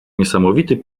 niesamowity